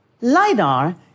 LiDAR